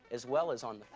as well as on